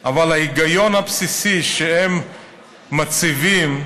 אבל ההיגיון הבסיסי שהם מציבים,